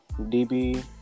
DB